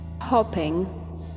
hopping